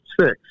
Six